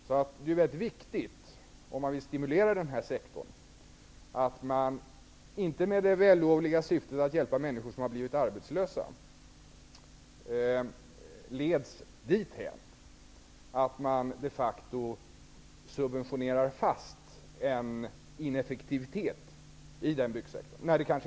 Om man vill stimulera den här sektorn är det således väldigt viktigt att man, trots det vällovliga syftet att hjälpa människor som blivit arbetslösa, inte leds dithän att man de facto så att säga subventionerar fast en ineffektivitet i byggsektorn.